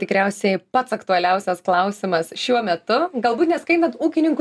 tikriausiai pats aktualiausias klausimas šiuo metu galbūt neskaitant ūkininkų